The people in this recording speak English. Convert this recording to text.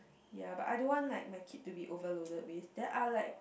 ya but I don't want like my kid to be overloaded with then I like